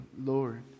Lord